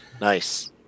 Nice